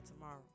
tomorrow